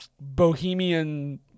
bohemian